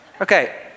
Okay